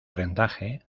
rendaje